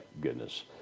goodness